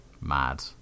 Mad